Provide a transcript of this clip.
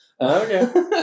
Okay